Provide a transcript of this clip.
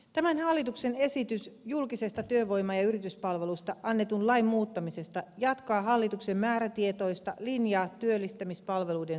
tämän hallituksen esitys julkisesta työvoima ja yrityspalvelusta annetun lain muuttamisesta jatkaa hallituksen määrätietoista linjaa työllistämispalveluiden sujuvoittamiseksi